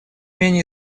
менее